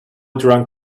drank